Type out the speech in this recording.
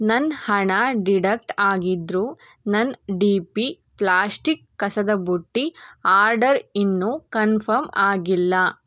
ನನ್ನ ಹಣ ಡಿಡಕ್ಟ್ ಆಗಿದ್ದರೂ ನನ್ನ ಡಿ ಪಿ ಪ್ಲಾಸ್ಟಿಕ್ ಕಸದಬುಟ್ಟಿ ಆರ್ಡರ್ ಇನ್ನೂ ಕನ್ಫರ್ಮ್ ಆಗಿಲ್ಲ